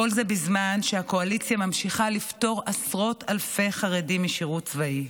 כל זה בזמן שהקואליציה ממשיכה לפטור עשרות אלפי חרדים משירות צבאי.